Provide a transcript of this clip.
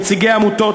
נציגי עמותות,